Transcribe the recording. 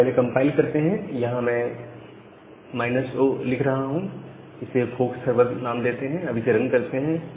इसको पहले कंपाइल करते हैं मैं यहां पर माइनस ओ लिख रहा हूं इसे फोर्क सर्वर नाम देते हैं अब इसे रन करते हैं